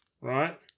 right